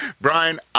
Brian